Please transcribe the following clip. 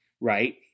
right